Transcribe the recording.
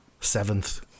seventh